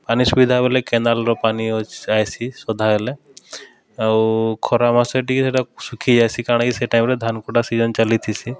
ପାନି ସୁବିଧା ବେଲେ କେନାଲ୍ର ପାନି ଆଇସି ସଦା ବେଲେ ଆଉ ଖରାମାସେ ଟିକେ ସେଟା ଶୁଖିଯାଏସି କାଣାକି ସେ ଟାଇମ୍ରେ ଧାନ୍ କଟା ସିଜନ୍ ଚାଲିଥିସି